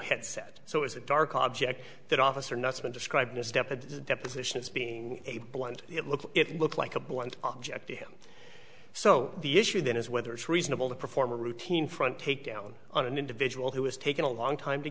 headset so it's a dark object that officer nuts when describing a step at a deposition as being a blunt it looks it looks like a blunt object to him so the issue then is whether it's reasonable to perform a routine front takedown on an individual who is taking a long time to